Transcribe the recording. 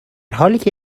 حالیکه